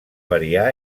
variar